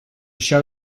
show